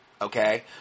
Okay